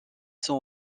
sont